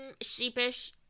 sheepish